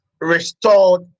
restored